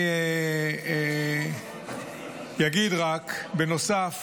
אני רק אגיד בנוסף